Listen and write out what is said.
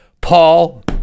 Paul